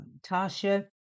Tasha